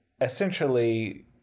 essentially